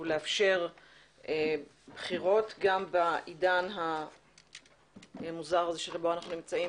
לאפשר בחירות גם בעידן המוזר הזה בו אנחנו נמצאים,